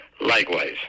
Likewise